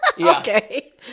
Okay